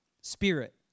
spirit